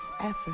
effort